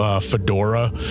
fedora